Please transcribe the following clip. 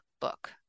book